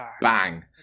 bang